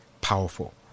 powerful